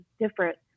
different